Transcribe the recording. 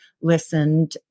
listened